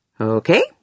Okay